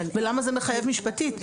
ולמה זה מחייב משפטית?